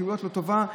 פעילות לא טובה,